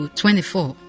24